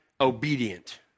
obedient